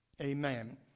Amen